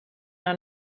are